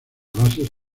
bases